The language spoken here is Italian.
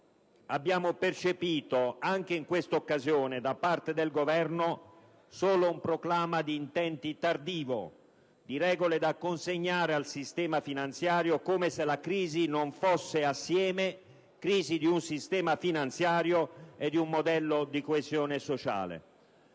abbiamo percepito da parte del Governo solo un proclama di intenti tardivo, di regole da consegnare al sistema finanziario, come se la crisi non fosse assieme crisi di un sistema finanziario e di un modello di coesione sociale.